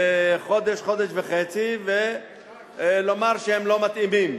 חודש וחצי ולומר שהם לא מתאימים?